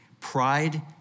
Pride